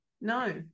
no